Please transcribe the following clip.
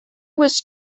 was